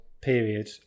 period